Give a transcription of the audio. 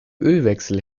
ölwechsel